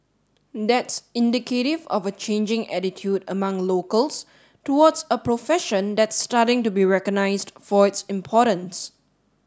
that's indicative of a changing attitude among locals towards a profession that's starting to be recognised for its importance